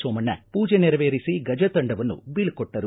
ಸೋಮಣ್ಣ ಪೂಜೆ ನೆರವೇರಿಸಿ ಗಜ ತಂಡವನ್ನು ಬೀಳ್ಕೊಟ್ಟರು